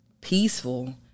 peaceful